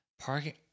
Parking